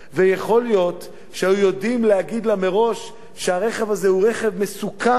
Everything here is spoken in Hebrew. ויכול להיות שהיו יודעים להגיד לה מראש שהרכב הזה הוא רכב מסוכן,